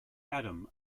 adam